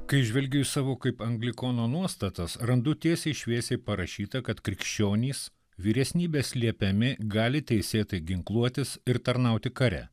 kai žvelgiu į savo kaip anglikono nuostatas randu tiesiai šviesiai parašyta kad krikščionys vyresnybės liepiami gali teisėtai ginkluotis ir tarnauti kare